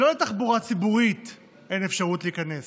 שלא רק לתחבורה הציבורית אין אפשרות להיכנס